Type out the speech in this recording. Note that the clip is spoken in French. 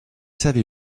savez